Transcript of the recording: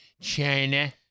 China